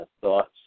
thoughts